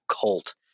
cult